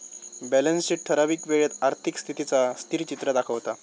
balance sheet ठरावीक वेळेत आर्थिक स्थितीचा स्थिरचित्र दाखवता